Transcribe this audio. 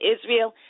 Israel